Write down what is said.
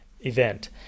event